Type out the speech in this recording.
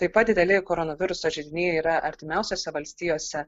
taip pat dideli koronaviruso židiniai yra artimiausiose valstijose